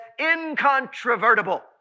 incontrovertible